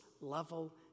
level